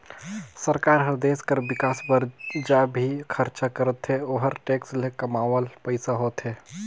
सरकार हर देस कर बिकास बर ज भी खरचा करथे ओहर टेक्स ले कमावल पइसा होथे